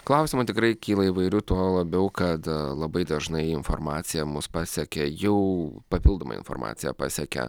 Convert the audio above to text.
klausimų tikrai kyla įvairių tuo labiau kad labai dažnai informacija mus pasiekia jau papildoma informacija pasiekia